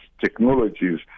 technologies